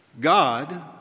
God